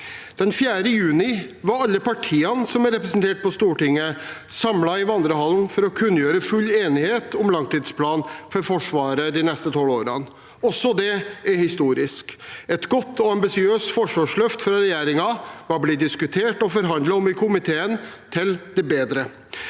Den 4. juni var alle partiene som er representert på Stortinget, samlet i vandrehallen for å kunngjøre full enighet om langtidsplanen for Forsvaret de neste tolv årene. Også det er historisk. Et godt og ambisiøst forsvarsløft fra regjeringen var blitt diskutert og forhandlet om i komiteen, til det bedre,